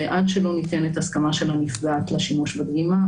ועד שלא ניתנת הסכמה של הנפגעת לשימוש בדגימה,